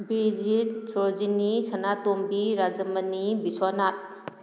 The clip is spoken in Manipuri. ꯕꯤꯖꯤꯠ ꯁꯣꯔꯣꯖꯤꯅꯤ ꯁꯅꯥꯇꯣꯝꯕꯤ ꯔꯥꯖꯃꯅꯤ ꯕꯤꯁ꯭ꯋꯥꯅꯥꯠ